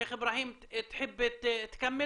שיח׳ אבראהים, אתה מעוניין להמשיך?